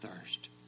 thirst